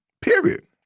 Period